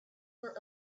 were